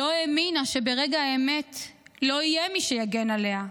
לא האמינה שברגע האמת לא יהיה מי שיגן עליה,